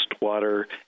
water